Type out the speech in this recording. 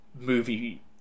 movie